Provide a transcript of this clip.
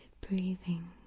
breathing